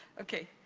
okay.